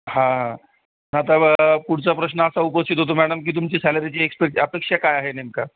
हां आता व पुढचा प्रश्न असा उपस्थित होतो मॅडम की तुमची सॅलरीची एक्सपेक्ट अपेक्षा काय आहे नेमका